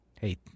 hey